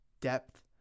depth